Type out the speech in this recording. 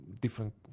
different